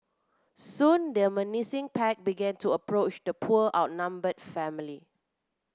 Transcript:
soon the menacing pack began to approach the poor outnumbered family